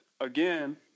again